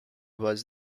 was